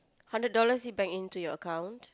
hundred dollars it bank in to your account